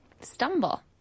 stumble